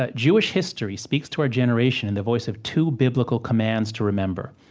ah jewish history speaks to our generation in the voice of two biblical commands to remember.